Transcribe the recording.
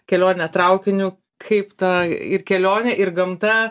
kelionę traukiniu kaip tą ir kelionė ir gamta